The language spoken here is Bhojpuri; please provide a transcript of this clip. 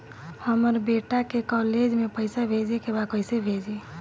हमर बेटा के कॉलेज में पैसा भेजे के बा कइसे भेजी?